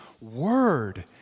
word